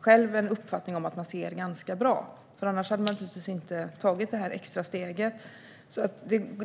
själva uppfattar att de ser ganska bra, för annars hade de inte tagit detta extra steg.